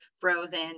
Frozen